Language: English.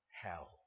hell